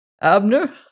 Abner